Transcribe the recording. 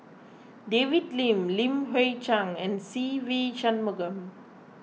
David Lim Li Hui Cheng and Se Ve Shanmugam